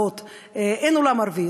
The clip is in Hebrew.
אין עולם ערבי.